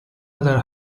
other